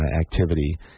activity